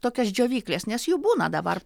tokias džiovykles nes jų būna dabar